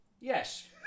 yes